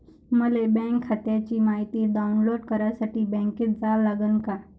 मले बँक खात्याची मायती डाऊनलोड करासाठी बँकेत जा लागन का?